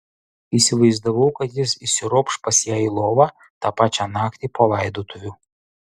įsivaizdavau kad jis įsiropš pas ją į lovą tą pačią naktį po laidotuvių